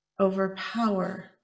overpower